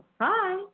Hi